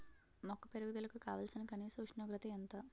మొక్క పెరుగుదలకు కావాల్సిన కనీస ఉష్ణోగ్రత ఎంత?